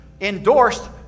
endorsed